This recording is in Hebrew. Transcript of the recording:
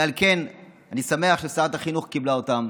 ועל כן אני שמח ששרת החינוך קיבלה אותן,